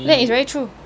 that is very true